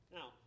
Now